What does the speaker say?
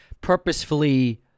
purposefully